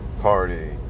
party